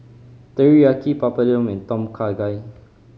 Teriyaki Papadum and Tom Kha Gai